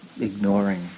ignoring